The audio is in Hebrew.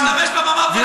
משתמש בבמה הפלסטינית?